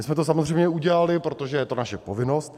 My jsme to samozřejmě udělali, protože to je naše povinnost.